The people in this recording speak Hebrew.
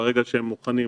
ברגע שהם מוכנים,